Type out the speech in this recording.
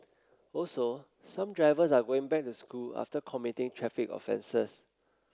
also some drivers are going back to school after committing traffic offences